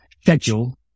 schedule